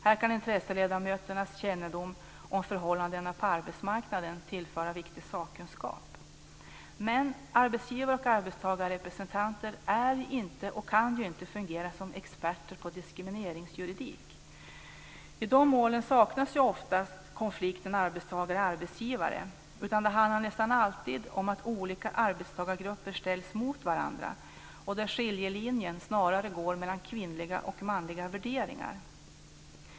Här kan intresseledamöternas kännedom om förhållandena på arbetsmarknaden tillföra viktig sakkunskap. Men arbetsgivar och arbetstagarrepresentanter är inte och kan inte fungera som experter på diskrimineringsjuridik. I de målen saknas ju oftast konflikten arbetstagare-arbetsgivare. Det handlar nästan alltid om att olika arbetstagargrupper ställs mot varandra, och skiljelinjen går snarare mellan kvinnliga och manliga värderingar.